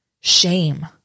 shame